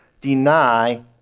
deny